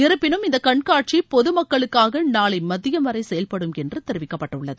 இருப்பினும் இந்த கண்காட்சி பொதுமக்களுக்காக நாளை மதியம் வரை செயல்படும் என்று தெரிவிக்கப்பட்டுள்ளது